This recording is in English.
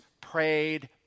prayed